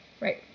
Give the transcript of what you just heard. Right